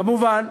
כמובן,